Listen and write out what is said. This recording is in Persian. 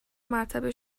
مرتبه